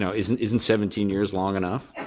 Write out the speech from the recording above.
so isn't isn't seventeen years long enough?